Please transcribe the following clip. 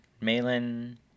Malin